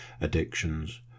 addictions